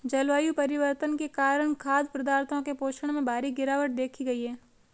जलवायु परिवर्तन के कारण खाद्य पदार्थों के पोषण में भारी गिरवाट देखी गयी है